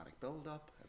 buildup